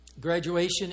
Graduation